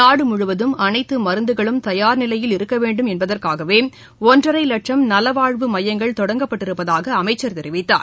நாடு முழுவதும் அனைத்து மருந்துகளும் தயார் நிலையில் இருக்க வேண்டும் என்பதற்காகவே ஒன்றரை லட்சம் நலவாழ்வு மையங்கள் தொடங்கப்பட்டிருப்பதாக அமைச்சர் தெரிவித்தார்